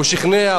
הוא שכנע,